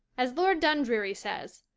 as lord dundreary says,